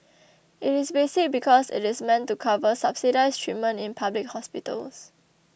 it is basic because it is meant to cover subsidised treatment in public hospitals